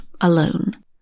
alone